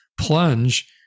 plunge